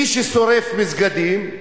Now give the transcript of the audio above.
מי ששורף מסגדים,